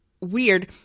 weird